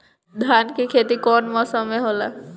धान के खेती कवन मौसम में होला?